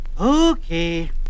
Okay